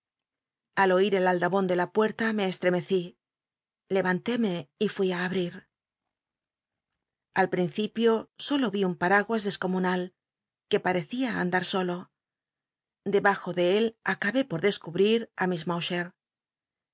al oir el aldabon de la puerta me estremecí levanléme y fui á abrir al principio solo un paraguas descomunal que parecia anda solo debajo de él acabé por descubrir tí miss